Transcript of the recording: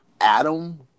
Adam